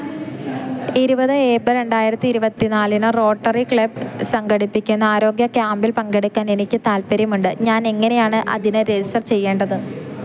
ഇരുപത് ഏപ്രിൽ രണ്ടായിരത്തി ഇരുപത്തിനാലിന് റോട്ടറി ക്ലബ് സംഘടിപ്പിക്കുന്ന ആരോഗ്യ ക്യാമ്പിൽ പങ്കെടുക്കാൻ എനിക്ക് താൽപ്പര്യമുണ്ട് ഞാൻ എങ്ങനെയാണ് അതിന് രജിസ്റ്റർ ചെയ്യേണ്ടത്